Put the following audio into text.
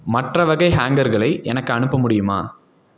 மற்ற வகை ஹேங்கர்களை எனக்கு அனுப்ப முடியுமா